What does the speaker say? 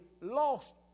lost